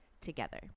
together